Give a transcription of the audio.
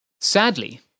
Sadly